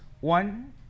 one